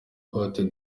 cote